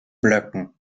blöcken